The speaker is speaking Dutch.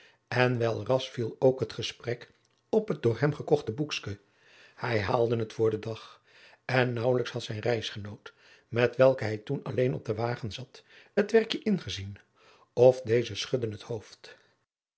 en wel ras viel ook het gesprek op het door hem gekocht boekske hij haalde het voor den dag en naauwelijks had zijn reisgenoot met welken hij toen adriaan loosjes pzn het leven van maurits lijnslager alleen op den wagen zat het werkje ingezien of deze schudde het hoofd